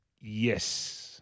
Yes